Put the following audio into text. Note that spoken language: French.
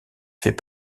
fait